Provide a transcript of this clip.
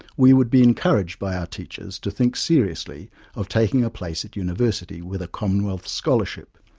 we would be encouraged by our teachers to think seriously of taking a place at university with a commonwealth scholarship,